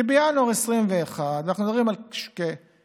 כי בינואר 2021, אנחנו מדברים על כ-300,000